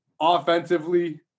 offensively